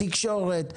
תקשורת.